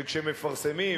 שכשמפרסמים,